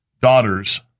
daughters